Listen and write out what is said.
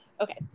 Okay